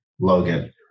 Logan